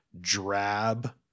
drab